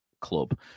club